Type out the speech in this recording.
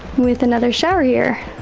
with another shower here.